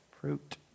fruit